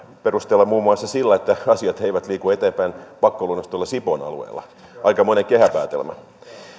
perustellaan muun muassa sillä että asiat eivät liiku eteenpäin pakkolunastetulla sipoon alueella aikamoinen kehäpäätelmä